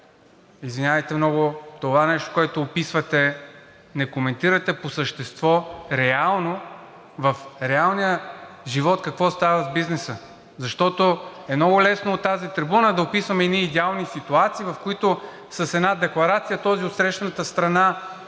Извинявайте много, това нещо, което описвате, не коментирате по същество реално в реалния живот какво става с бизнеса! Защото е много лесно от тази трибуна да описваме едни идеални ситуации, в които с една декларация този от отсрещната страна